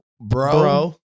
bro